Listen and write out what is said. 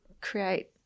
create